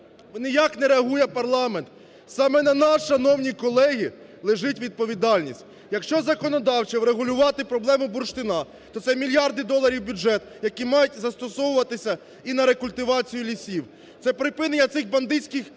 ніяк не реагує парламент. Саме на нас, шановні колеги, лежить відповідальність. Якщо законодавчо врегулювати проблеми бурштину, то це мільярди доларів в бюджет, які мають застосовуватися і на рекультивацію лісів. Це припинення цих бандитських розборок,